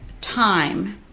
time